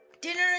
Dinner